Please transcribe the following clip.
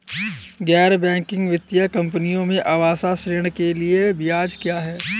गैर बैंकिंग वित्तीय कंपनियों में आवास ऋण के लिए ब्याज क्या है?